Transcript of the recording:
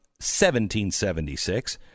1776